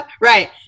Right